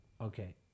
okay